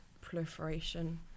proliferation